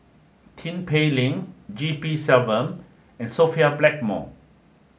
Tin Pei Ling G P Selvam and Sophia Blackmore